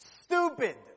Stupid